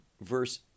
Verse